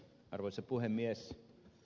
arvoisa puhemies